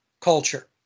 culture